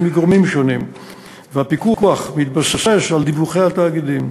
מגורמים שונים והפיקוח מתבסס על דיווחי התאגידים.